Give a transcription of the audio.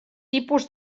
tipus